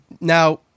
Now